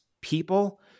People